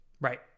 Right